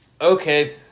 Okay